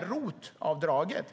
ROT-avdraget.